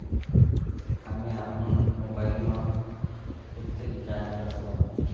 का मैं आपमन मोबाइल मा खुद से रिचार्ज कर सकथों?